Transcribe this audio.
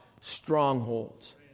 strongholds